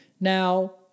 Now